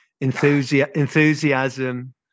enthusiasm